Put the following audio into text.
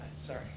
sorry